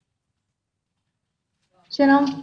שלום.